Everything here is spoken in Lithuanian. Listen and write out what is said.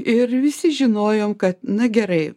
ir visi žinojom kad na gerai